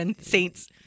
Saints